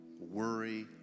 worry